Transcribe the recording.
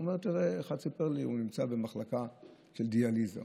אחד סיפר לי: הוא נמצא במחלקה של דיאליזה.